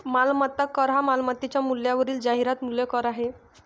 मालमत्ता कर हा मालमत्तेच्या मूल्यावरील जाहिरात मूल्य कर आहे